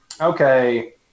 Okay